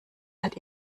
halt